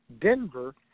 Denver